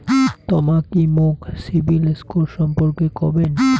তমা কি মোক সিবিল স্কোর সম্পর্কে কবেন?